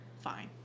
Fine